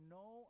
no